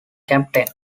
captain